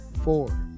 four